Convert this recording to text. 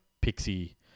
pixie